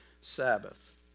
Sabbath